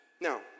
Now